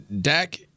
Dak